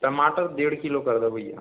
टमाटर डेढ़ किलो कर दो भैया